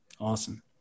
Awesome